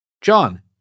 John